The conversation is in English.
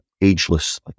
ageless